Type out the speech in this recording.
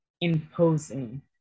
imposing